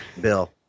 Bill